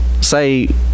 say